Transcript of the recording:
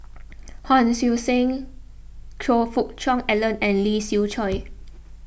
Hon Sui Sen Choe Fook Cheong Alan and Lee Siew Choh